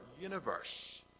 universe